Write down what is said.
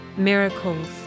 miracles